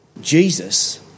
Jesus